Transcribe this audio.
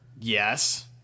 Yes